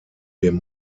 dem